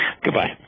Goodbye